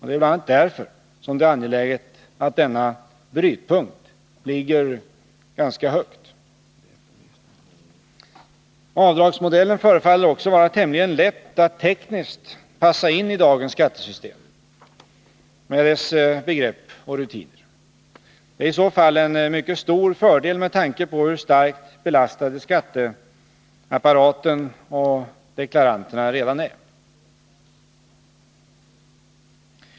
Det är bl.a. därför som det är angeläget att denna brytpunkt ligger ganska högt. Avdragsmodellen förefaller också vara tämligen lätt att tekniskt passa in i dagens skattesystem, med dess begrepp och rutiner. Det är i så fall en mycket stor fördel med tanke på hur starkt belastade skatteapparaten och deklaranterna redan är.